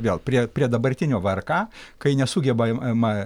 vėl prie prie dabartinio vrk kai nesugebama